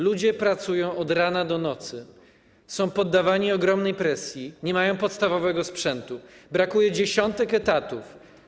Ludzie pracują od rana do nocy, są poddawani ogromnej presji, nie mają podstawowego sprzętu, brakuje dziesiątek etatów.